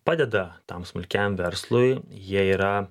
padeda tam smulkiam verslui jie yra